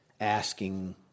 asking